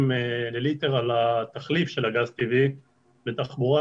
לליטר על התחליף של הגז הטבעי בתחבורה,